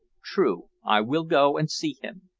true, i will go and see him.